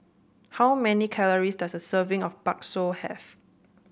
how many calories does a serving of Bakso have